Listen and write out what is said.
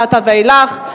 מעתה ואילך,